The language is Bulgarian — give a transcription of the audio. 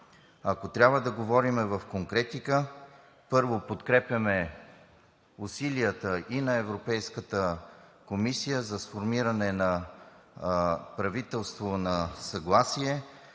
Ако трябва да говорим в конкретика – първо, подкрепяме усилията и на Европейската комисия за сформиране на правителство на съгласие